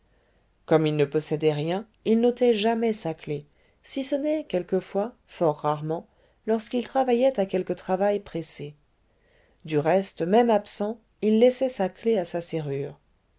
comme il ne possédait rien il n'ôtait jamais sa clef si ce n'est quelquefois fort rarement lorsqu'il travaillait à quelque travail pressé du reste même absent il laissait sa clef à sa serrure